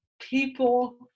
people